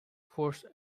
forced